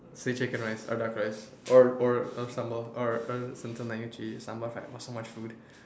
say chicken rice or duck rice or or or sambal or so much food